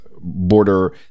border